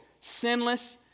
sinless